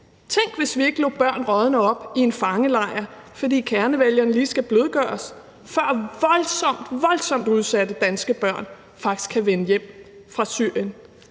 Tænk, hvis vi ikke lod børn rådne op i en fangelejr, fordi kernevælgerne lige skal blødgøres, før voldsomt – voldsomt – udsatte danske børn faktisk kan vende hjem fra Syrien,